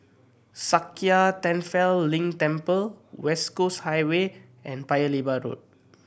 Sakya Tenphel Ling Temple West Coast Highway and Paya Lebar Road